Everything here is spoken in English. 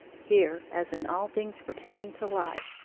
here, as in all things pertaining to life,